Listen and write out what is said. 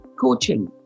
coaching